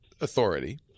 authority